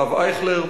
הרב אייכלר,